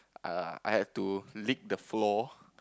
uh I had to lick the floor